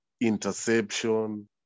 interception